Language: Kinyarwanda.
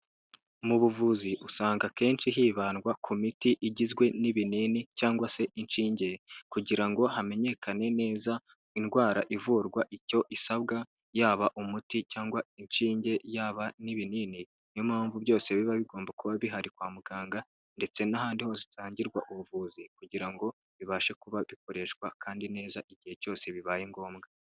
Mu buvuzi usanga akenshi hibandwa ku miti igizwe n'ibinini cyangwa se inshinge kugira ngo hamenyekane neza indwara ivurwa icyo isabwa yaba umuti cyangwa inshinge yaba n'ibinini niyo mpamvu byose biba bigomba kuba bihari kwa muganga ndetse n'ahandi ho zitangirwa ubuvuzi kugira ngo bibashe kuba bikoreshwa kandi neza igihe cyose bibaye ngombwa.